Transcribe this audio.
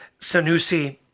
Sanusi